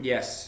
Yes